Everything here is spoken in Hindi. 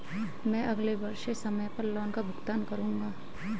मैं अगले वर्ष से समय पर लोन का भुगतान करूंगा